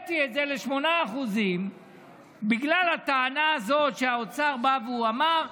העליתי את זה ל-8% בגלל הטענה הזאת שהאוצר בא ואמר: